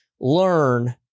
learn